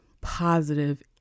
positive